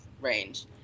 range